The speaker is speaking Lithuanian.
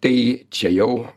tai čia jau